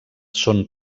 són